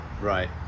Right